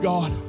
God